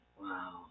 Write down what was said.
wow